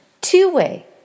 two-way